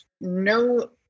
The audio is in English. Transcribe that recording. no